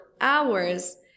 hours